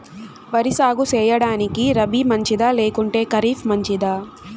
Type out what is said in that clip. వరి సాగు సేయడానికి రబి మంచిదా లేకుంటే ఖరీఫ్ మంచిదా